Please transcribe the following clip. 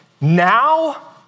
now